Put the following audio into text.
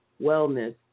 wellness